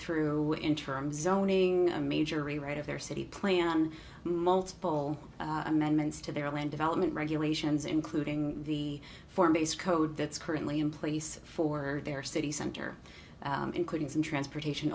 through in terms owning a major rewrite of their city plan on multiple amendments to their land development regulations including the form based code that's currently in place for their city center including some transportation